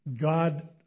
God